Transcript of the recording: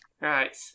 Right